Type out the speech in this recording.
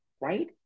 right